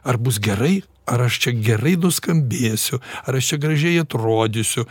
ar bus gerai ar aš čia gerai nuskambėsiu ar aš čia gražiai atrodysiu